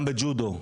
גם בג'ודו.